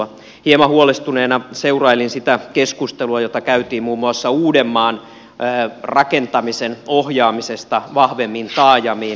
hieman huolestuneena seurailin sitä keskustelua jota käytiin muun muassa uudenmaan rakentamisen ohjaamisesta vahvemmin taajamiin